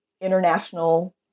international